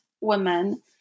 women